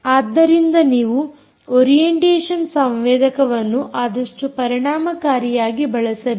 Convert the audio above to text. ಆದ್ದರಿಂದ ನೀವು ಒರಿಯೆಂಟೇಶನ್ ಸಂವೇದಕವನ್ನು ಆದಷ್ಟು ಪರಿಣಾಮಕಾರಿಯಾಗಿ ಬಳಸಬೇಕು